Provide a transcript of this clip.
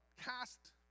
cast